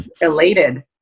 elated